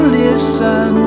listen